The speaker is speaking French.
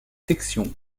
section